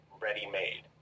ready-made